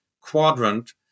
quadrant